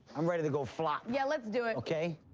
i'm ready to go flop. yeah, let's do it. okay.